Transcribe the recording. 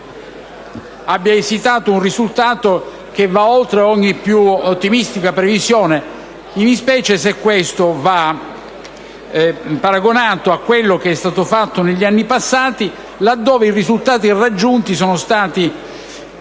finale sia un risultato che va oltre ogni più ottimistica previsione (specie se si paragona a quanto è stato fatto negli anni passati) dato che i risultati raggiunti sono stati